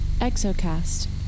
Exocast